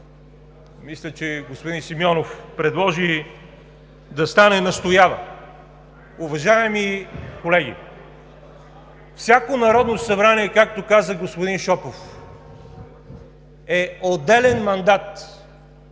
мисля, че господин Симеонов предложи да стане „настоява“. Уважаеми колеги, всяко Народно събрание, както каза господин Шопов, е отделен мандат